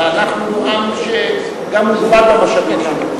אנחנו עם שגם מוגבל במשאבים שלו.